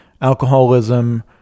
alcoholism